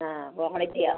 ആ ക്വാളിറ്റിയോ